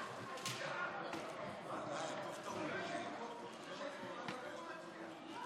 בימים אלו אנו עסוקים בחקיקה